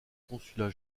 consulat